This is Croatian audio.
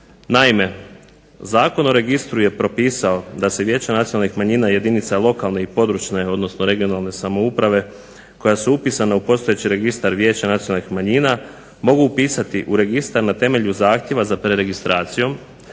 Naime, zakon o registru je propisao da se vijeća nacionalnih manjina jedinica lokalne i područne odnosno regionalne samouprave koja su upisana u postojeći registar vijeća nacionalnih manjina mogu upisati u registar na temelju zahtjeva za preregistracijom,